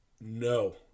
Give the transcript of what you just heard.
No